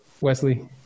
Wesley